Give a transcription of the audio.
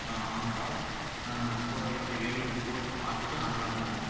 ஆந்திரா போகிற வழில அப்டேயே வேலூர் ஃபோர்ட் பார்த்துட்டு ஆந்திரா போவோம்